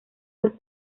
dos